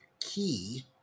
key